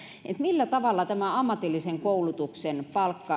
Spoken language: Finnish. millä tavalla nämä ammatillisen koulutuksen